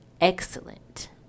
excellent